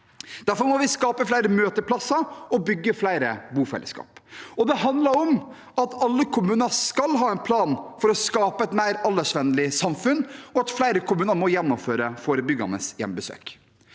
Derfor må vi skape flere møteplasser og bygge flere bofellesskap. Det handler også om at alle kommuner skal ha en plan for å skape et mer aldersvennlig samfunn, og at flere kommuner må gjennomføre forebyggende hjemmebesøk.